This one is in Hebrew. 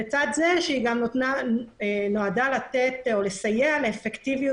לצד זה שהיא נועדה לתת או לסייע לאפקטיביות